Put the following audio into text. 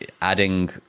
adding